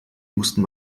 mussten